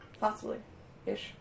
possibly-ish